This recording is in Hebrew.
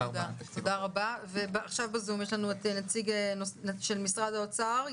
תודה רבה ועכשיו בזום יש לנו את נציג משרד האוצר,